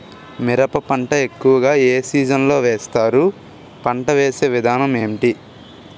మిరప పంట ఎక్కువుగా ఏ సీజన్ లో వేస్తారు? పంట వేసే విధానం ఎంటి?